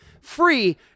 free